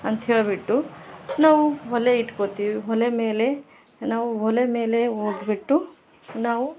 ಅಂಥ ಹೇಳ್ಬಿಟ್ಟು ನಾವು ಒಲೆ ಇಟ್ಕೋತೀವಿ ಒಲೆ ಮೇಲೆ ನಾವು ಒಲೆ ಮೇಲೆ ಹೋಗ್ಬಿಟ್ಟು ನಾವು